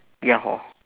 ya hor